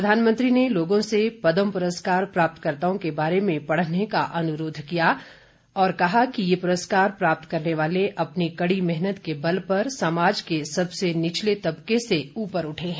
प्रधानमंत्री ने लोगों से पद्म पुरस्कार प्राप्तकर्ताओं के बारे में पढ़ने का अनुरोध करते हुए कहा कि ये पुरस्कार प्राप्त करने वाले अपनी कड़ी मेहनत के बल पर समाज के सबसे निचले तबके से ऊपर उठे हैं